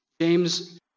James